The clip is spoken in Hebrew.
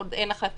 עוד אין החלטה,